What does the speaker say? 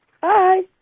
Bye